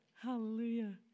Hallelujah